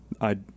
I-